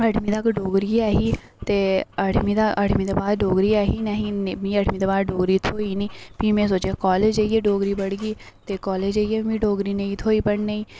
अट्ठमीं तक्कर डोगरी ऐ ही ते अट्ठमीं तक्कर अट्ठमीं दे बाद डोगरी ऐ ही निं ही अट्ठमीं दे बाद मिगी अट्ठमीं दे बाद डोगरी थ्होई फी में सोचेआ कालेज जाइयै डोगरी पढ़गी ते कालेज जाइयै बी मिगी डोगरी नेईं थ्होई पढ़ने गी